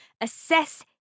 assess